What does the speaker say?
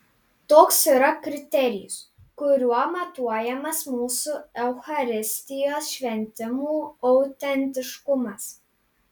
toks yra kriterijus kuriuo matuojamas mūsų eucharistijos šventimų autentiškumas